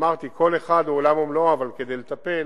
אבל אמרתי,